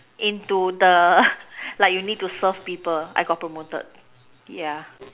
into the like you need to serve people I got promoted yeah